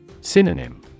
Synonym